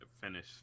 finish